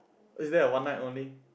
is there a one night only